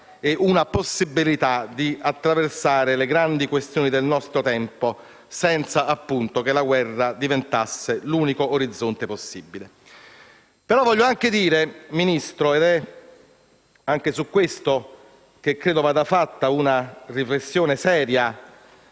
e una possibilità di attraversare le grandi questioni del nostro tempo senza che la guerra diventasse l'unico orizzonte possibile. Signor Ministro, voglio però anche dire (ed è anche su questo che credo vada fatta una riflessione seria